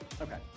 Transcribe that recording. Okay